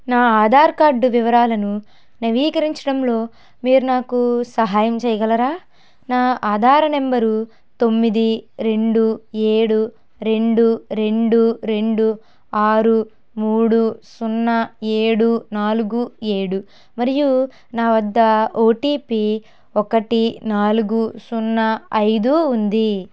నా ఆధార్ కార్డ్ వివరాలను నవీకరించడంలో మీరు నాకు సహాయం చెయ్యగలరా నా ఆధార్ నంబరు తొమ్మిది రెండు ఏడు రెండు రెండు రెండు ఆరు మూడు సున్నా ఏడు నాలుగు ఏడు మరియు నా వద్ద ఓటిపి ఒకటి నాలుగు సున్నా ఐదు ఉంది